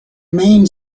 main